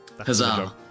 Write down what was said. Huzzah